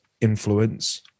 influence